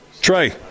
Trey